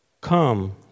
come